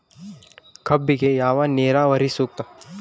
ಕಬ್ಬಿಗೆ ಯಾವ ನೇರಾವರಿ ಸೂಕ್ತ?